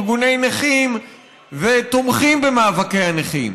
ארגוני נכים ותומכים במאבקי הנכים,